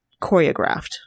choreographed